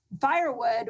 firewood